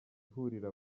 ihuriro